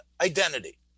identity